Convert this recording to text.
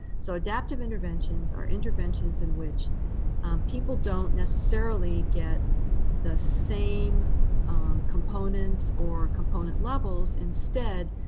so adaptive interventions are interventions in which people don't necessarily get the same components or component levels. instead,